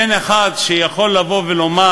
אין אחד שיכול לבוא ולומר: